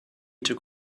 took